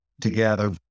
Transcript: together